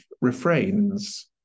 refrains